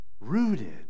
rooted